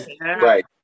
right